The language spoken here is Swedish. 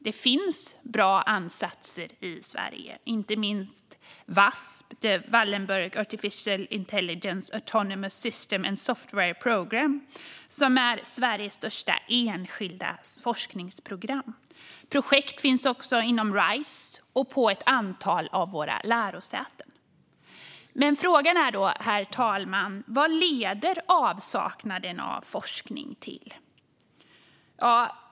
Det finns bra ansatser i Sverige, inte minst Wasp, Wallenberg Artificial Intelligence, Autonomous Systems and Software Program. Det är Sveriges största enskilda forskningsprogram. Projekt finns också inom Rise och på ett antal av våra lärosäten. Frågan är då, herr talman, vad avsaknaden av forskning leder till.